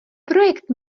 projekt